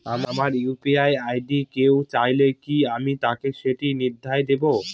আমার UPI ID কেউ চাইলে কি আমি তাকে সেটি নির্দ্বিধায় দেব?